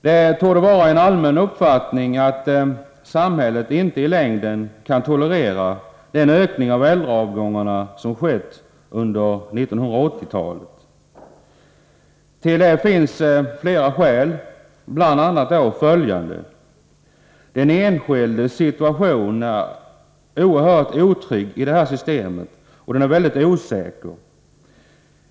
Det torde vara en allmän uppfattning att samhället inte i längden kan tolerera en sådan ökning av äldreavgångarna som den som har skett under 1980-talet. Till detta finns flera skäl, bl.a. följande. Den enskildes situation i detta system är oerhört otrygg och osäker.